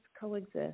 coexist